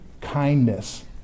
kindness